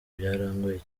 byarangoye